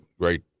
great